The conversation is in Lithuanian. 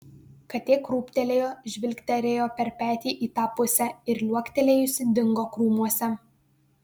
katė krūptelėjo žvilgterėjo per petį į tą pusę ir liuoktelėjusi dingo krūmuose